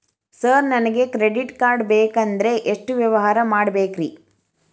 Sir ನನಗೆ credit card ಬೇಕಂದ್ರೆ ಎಷ್ಟು ವ್ಯವಹಾರ ಮಾಡಬೇಕ್ರಿ?